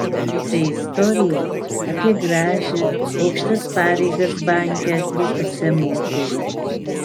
tai istorija apie gražią aukštas pareigas banke atlikusią moterį